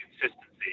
consistency